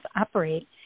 operate